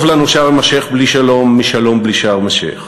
טוב לנו שארם-א-שיח' בלי שלום משלום בלי שארם-א-שיח'.